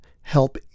help